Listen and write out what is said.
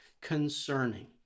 concerning